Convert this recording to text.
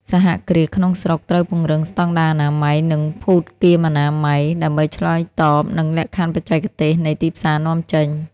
សហគ្រាសក្នុងស្រុកត្រូវពង្រឹងស្ដង់ដារអនាម័យ និងភូតគាមអនាម័យ ដើម្បីឆ្លើយតបនឹងលក្ខខណ្ឌបច្ចេកទេសនៃទីផ្សារនាំចេញ។